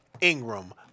Ingram